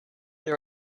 they